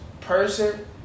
person